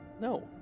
No